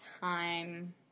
time